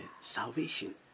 salvation